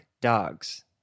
dogs